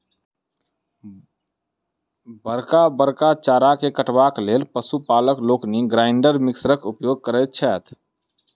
बड़का बड़का चारा के काटबाक लेल पशु पालक लोकनि ग्राइंडर मिक्सरक उपयोग करैत छथि